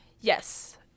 yes